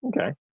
Okay